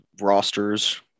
rosters